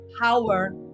power